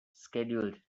scheduled